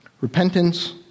Repentance